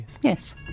Yes